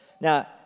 Now